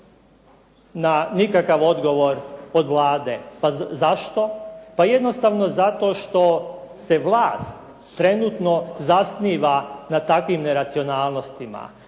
na nikakav odgovor od Vlade. Pa zašto? Pa jednostavno zato što se vlast trenutno zasniva na takvim neracionalnostima,